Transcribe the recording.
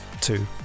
two